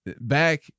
back